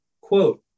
quote